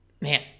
Man